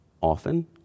often